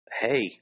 hey